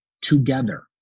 together